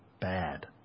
bad